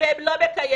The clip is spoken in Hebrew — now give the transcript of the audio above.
והם לא מקיימים?